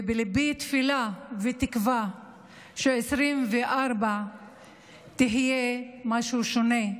ובליבי תפילה ותקווה ש-2024 תהיה משהו שונה,